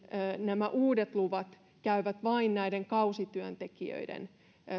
nämä uudet luvat käyvät vain näiden kausityöntekijöiden